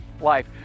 life